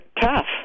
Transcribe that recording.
tough